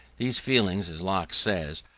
these feelings, as locke says,